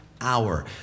hour